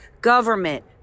government